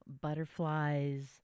butterflies